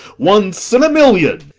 once, and a million!